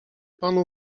panu